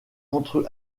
entre